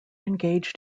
engaged